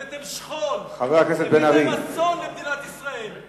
הבאתם שכול, הבאתם אסון למדינת ישראל.